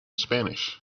spanish